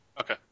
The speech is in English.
Okay